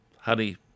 honey